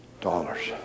dollars